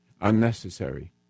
Unnecessary